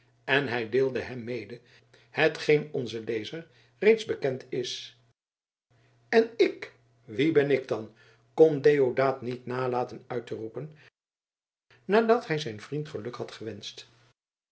en hij deelde hem mede hetgeen onzen lezer reeds bekend is en ik wie ben ik dan kon deodaat niet nalaten uit te roepen nadat hij zijn vriend geluk had gewenscht